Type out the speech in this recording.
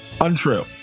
Untrue